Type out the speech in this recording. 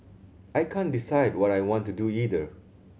I can't decide what I want to do either